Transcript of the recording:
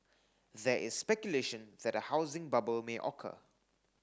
there is speculation that a housing bubble may occur